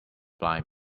blind